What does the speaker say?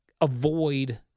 avoid